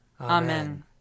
Amen